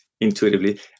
intuitively